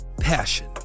Passion